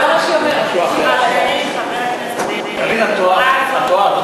אדוני חבר הכנסת, קארין, את טועה.